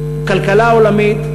בכלכלה העולמית,